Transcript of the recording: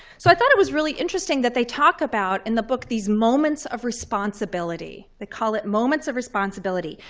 so i thought it was really interesting that they talk about, in the book, these moments of responsibility. they call it moments of responsibility.